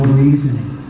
reasoning